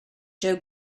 joe